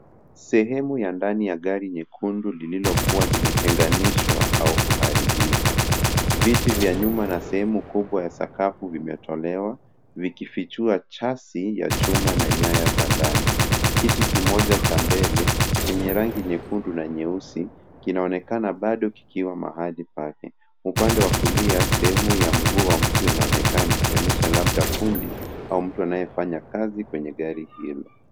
Sehemu ya ndani ya gari jekundu linaonekana likiwa limevunjwavunjwa au kukarabatiwa. Viti vya nyuma na sehemu kubwa ya sakafu vimeondolewa, vikifichua chasi ya chuma pamoja na nyaya za ndani. Kiti kimoja pekee, chenye rangi nyekundu na nyeusi, bado kimebaki mahali pake